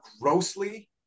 grossly